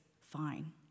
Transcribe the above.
fine